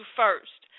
first